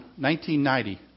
1990